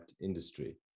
industry